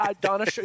Donna